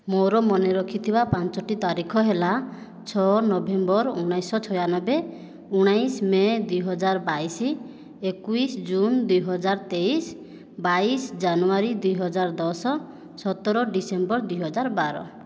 ମୋ'ର ମନେ ରଖିଥିବା ପାଞ୍ଚଟି ତାରିଖ ହେଲା ଛଅ ନଭେମ୍ବର ଉଣାଇଶଶହ ଛୟାନବେ ଉଣାଇଶ ମେ ଦୁଇହଜାର ବାଇଶ ଏକୋଇଶ ଜୁନ ଦୁଇହଜାର ତେଇଶ ବାଇଶ ଜାନୁଆରୀ ଦୁଇହଜାର ଦଶ ସତର ଡିସେମ୍ବର ଦୁଇହଜାର ବାର